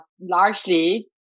Largely